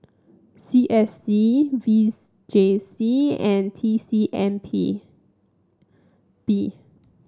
C S C V J C and T C M P B